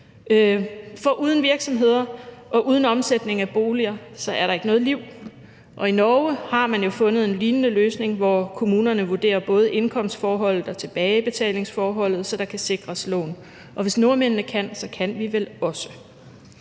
for uden virksomheder og uden omsætning af boliger er der ikke noget liv. I Norge har man jo fundet en lignende løsning, hvor kommunerne vurderer både indkomstforholdet og tilbagebetalingsforholdet, så der kan sikres lån, og hvis nordmændene kan, kan vi vel også.